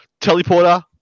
Teleporter